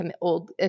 old